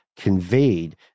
conveyed